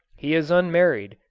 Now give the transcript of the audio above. he is unmarried,